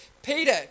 Peter